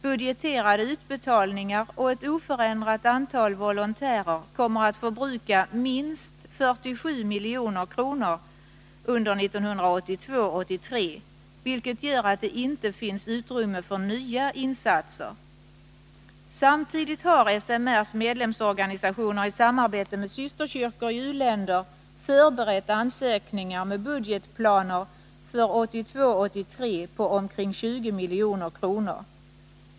Budgeterade utbetalningar och ett oförändrat antal volontärer kommer att förbruka minst 47 milj.kr. under 1982 83 på omkring 20 milj.kr.